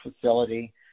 facility